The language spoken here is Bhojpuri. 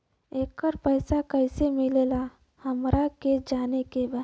येकर पैसा कैसे मिलेला हमरा के जाने के बा?